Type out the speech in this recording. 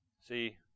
See